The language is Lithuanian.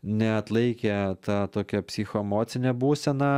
neatlaikė ta tokia psichoemocinė būsena